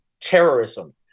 terrorism